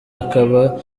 akaba